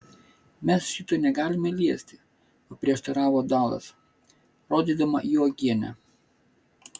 mes šito negalime liesti paprieštaravo dalas rodydama į uogienę